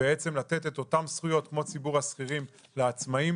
לתת את אותן זכויות כמו לציבור השכירים לעצמאים.